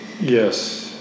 Yes